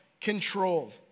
control